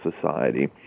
Society